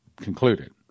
concluded